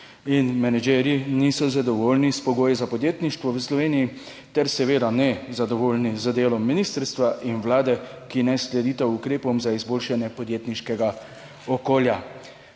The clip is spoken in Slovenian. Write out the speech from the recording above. in menedžerji niso zadovoljni s pogoji za podjetništvo v Sloveniji ter seveda ne zadovoljni z delom ministrstva in Vlade, ki ne sledita ukrepom za izboljšanje podjetniškega okolja.